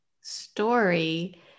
story